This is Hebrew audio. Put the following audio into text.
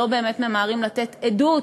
לא באמת ממהרים לתת עדות